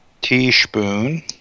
teaspoon